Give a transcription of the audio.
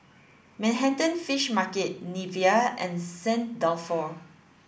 Manhattan Fish Market Nivea and Saint Dalfour